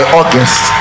august